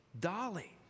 dolly